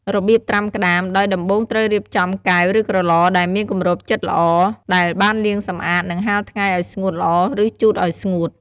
របៀបត្រាំក្ដាម ដោយដំបូងត្រូវរៀបចំ កែវ ឬក្រឡ ដែលមានគម្របជិតល្អ ដែលបានលាងសម្អាត និងហាលថ្ងៃឲ្យស្ងួតល្អ ឫជូតឲ្យស្ងួត។